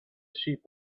sheep